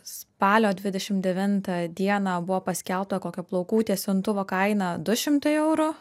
spalio dvidešimt devintą dieną buvo paskelbta kokio plaukų tiesintuvo kaina du šimtai eurų